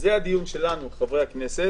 זה הדיון שלנו חברי הכנסת